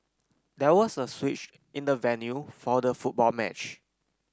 there was a switch in the venue for the football match